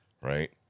right